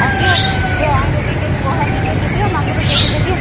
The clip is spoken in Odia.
ହଉ ଦିଅ ଦିଅ ଆହିଁରୁ ଦୁଇ କେଜି ପୋହଳା ଦୁଇ କେଜି ଦିଅ ମାଗୁର କେଜିଟେ ଦିଅ